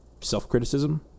self-criticism